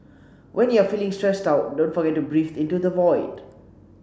when you are feeling stressed out don't forget to breathe into the void